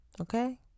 okay